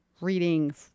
reading